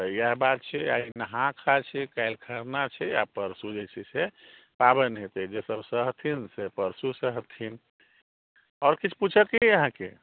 तऽ इएह बात छै आइ नहाइ खाइ छै काल्हि खरना छै आओर परसू जे छै से पावनि हेतै जे सब सहथिन से परसू सहथिन आओर किछु पुछैके अइ अहाँके